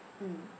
mm